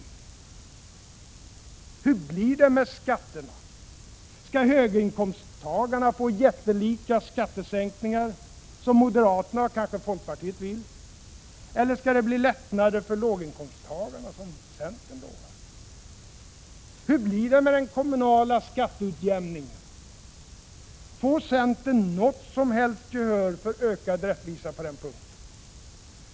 Hur blir det med skatterna? Skall höginkomsttagarna få jättelika skattesänkningar, som moderaterna och kanske folkpartiet vill, eller skall det bli lättnader för låginkomsttagarna, som centern lovar? Hur blir det med den kommunala skatteutjämningen? Får centern något som helst gehör för ökad rättvisa på den punkten?